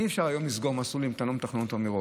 אי-אפשר היום לסגור מסלול אם אתה לא מתכנן את זה מראש.